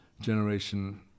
generation